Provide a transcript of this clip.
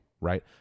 right